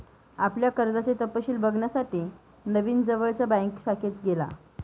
आपल्या कर्जाचे तपशिल बघण्यासाठी नवीन जवळच्या बँक शाखेत गेला